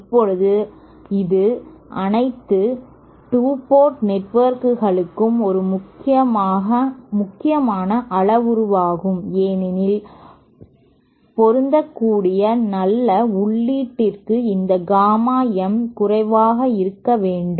இப்போது இது அனைத்து 2 போர்ட் நெட்ஒர்க்களுக்கும் ஒரு முக்கியமான அளவுருவாகும் ஏனெனில் பொருந்தக்கூடிய நல்ல உள்ளீட்டிற்கு இந்த காமா m குறைவாக இருக்கவேண்டும்